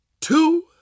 two